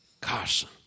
Carson